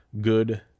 good